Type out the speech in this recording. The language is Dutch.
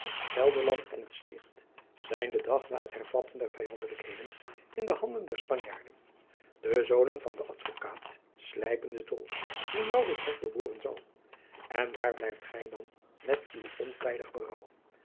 gelderland en het sticht zijn den dag na het hervatten der vijandelijkheden in de handen der spanjaarden de zoonen van den advocaat slijpen den dolk die maurits hart doorboren zal en waar blijft gij dan met uw ontijdig